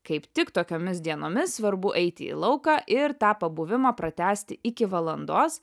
kaip tik tokiomis dienomis svarbu eiti į lauką ir tą pabuvimą pratęsti iki valandos